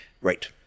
Right